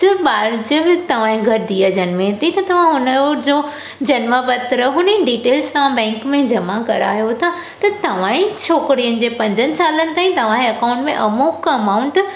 ज ॿार जमें तव्हांजे घर धीअ जनमें थी त तव्हां हुनजो जो जनम पत्र हुनजी डीटेल्स तव्हां बैंक में जमा करायो था त तव्हांजे छोकिरीअ जे पंज सालनि ताईं तव्हांजे अकाउंट में अमुक अमाउंट